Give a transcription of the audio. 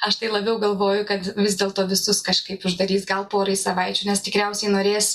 aš tai labiau galvoju kad vis dėlto visus kažkaip uždarys gal porai savaičių nes tikriausiai norės